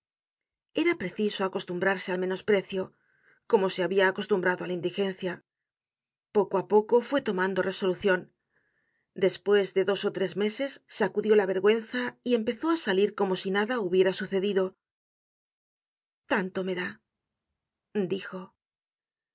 era preciso acostumbrarse al menosprecio como se habia acostumbrado á la indigencia poco ó poco fue tomando resolucion despues de dos ó tres meses sacudió la vergüenza y empezó á salir como si nada hubiera sucedido tanto me da dijo